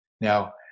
Now